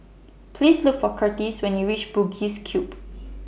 Please Look For Curtis when YOU REACH Bugis Cube